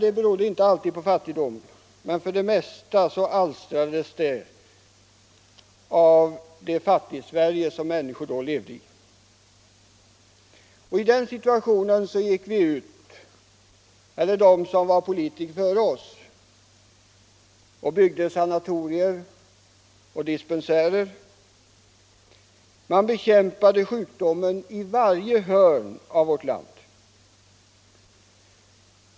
Den berodde inte alltid på fattigdomen, men för det mesta alstrades den av det Fattigsverige som människorna då levde i. I den situationen byggde de som var politiker före oss sanatorier och dispensärer. Man bekämpade sjukdomen i varje hörn av vårt land.